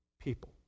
people